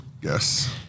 Yes